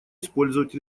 использовать